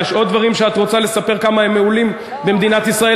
יש עוד דברים שאת רוצה לספר כמה הם מעולים במדינת ישראל?